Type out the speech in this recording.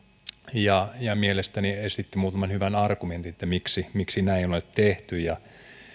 ja ja mielestäni muutaman hyvän argumentin miksi miksi näin ei ole tehty